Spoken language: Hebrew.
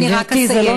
אני רק אסיים.